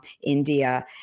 India